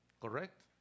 Correct